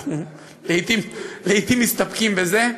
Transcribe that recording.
אנחנו לעתים מסתפקים בזה.